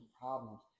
problems